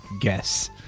guess